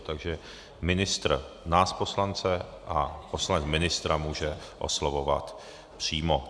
Takže ministr nás poslance a poslanec ministra může oslovovat přímo.